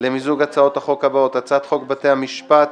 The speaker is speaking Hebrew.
למיזוג הצעות החוק הבאות: הצעת חוק בתי המשפט,